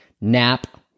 nap